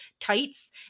tights